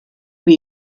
wie